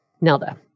Nelda